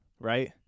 right